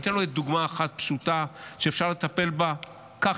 אני אתן אולי דוגמה אחת פשוטה שאפשר לטפל בה כך,